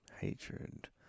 Hatred